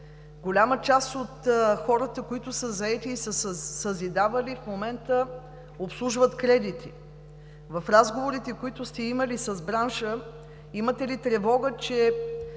Голяма част от хората, които са заети в бранша, в момента обслужват кредити. В разговорите, които сте имали с бранша, имате ли тревога, че